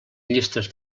llistes